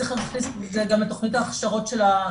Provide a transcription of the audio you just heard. צריך להכניס את זה גם לתכנית הכשרות של השופטים,